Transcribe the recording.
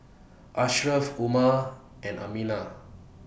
Ashraf Umar and Aminah